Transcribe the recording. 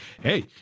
hey